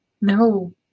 No